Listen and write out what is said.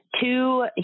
two